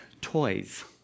toys